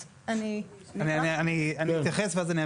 אני אתייחס ואז אני אעביר לך.